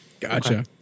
Gotcha